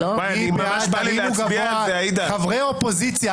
חברי האופוזיציה,